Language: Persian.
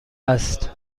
است